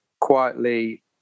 quietly